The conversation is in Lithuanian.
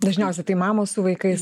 dažniausiai tai mamos su vaikais